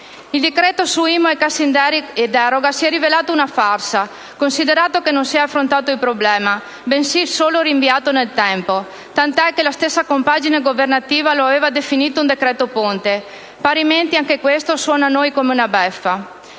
Il decreto-legge su IMU e cassa in deroga si è rivelato una farsa, considerato che non si è affrontato il problema, bensì lo si è solo rinviato nel tempo, tant'è che la stessa compagine governativa lo aveva definito un decreto-ponte. Parimenti, anche questo suona a noi come una beffa.